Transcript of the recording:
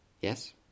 Yes